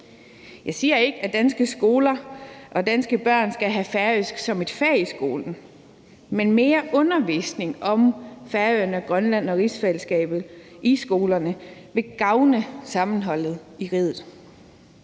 Jeg siger ikke, at danske skoler og danske børn skal have færøsk som et fag i skolen, men mere undervisning om Færøerne og Grønland og rigsfællesskabet i skolerne vil gavne sammenholdet i riget.